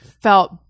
felt